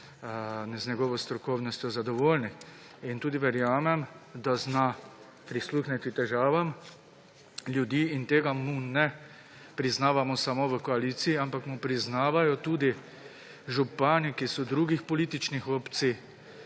z njegovo strokovnostjo zadovoljnih. Tudi verjamem, da zna prisluhniti težavam ljudi in tega mu ne priznavamo samo v koaliciji, ampak mu priznavajo tudi župani, ki so drugih političnih opcij,